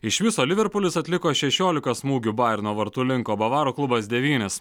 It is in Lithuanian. iš viso liverpulis atliko šešiolika smūgių bajerno vartų link o bavarų klubas devynis